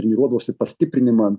treniruodavosi pastiprinimą